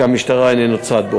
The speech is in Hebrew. שהמשטרה איננה צד בו.